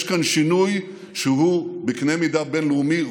יש כאן שינוי שהוא בקנה מידה בין-לאומי,